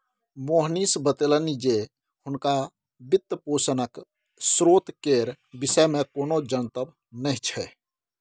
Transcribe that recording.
मोहनीश बतेलनि जे हुनका वित्तपोषणक स्रोत केर विषयमे कोनो जनतब नहि छै